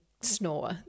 snore